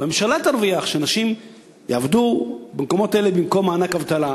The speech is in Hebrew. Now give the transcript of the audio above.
והממשלה תרוויח שאנשים יעבדו במקומות אלה במקום שיקבלו מענק אבטלה.